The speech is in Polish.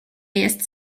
jest